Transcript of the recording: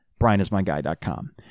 brianismyguy.com